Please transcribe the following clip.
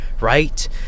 right